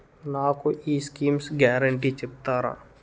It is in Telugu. నాకు ఈ స్కీమ్స్ గ్యారంటీ చెప్తారా?